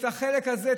החלק הזה,